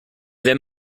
wenn